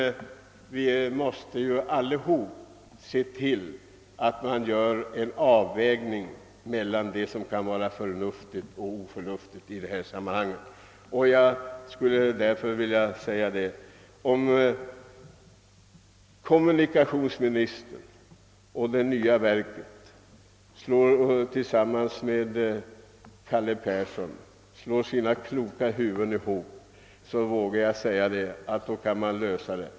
Vi måste alla se till att göra en avvägning mellan vad som härvidlag kan vara förnuftigt och oförnuftigt. Om kommunikationsministern, det nya trafikverkets chef Lars Sköld och rikspolischefen Carl Persson slår sina kloka huvuden ihop, vågar jag säga att de är i stånd att lösa problemen.